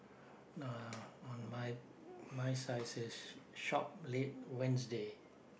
no no on my my side says shop late Wednesday